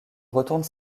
retourne